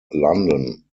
london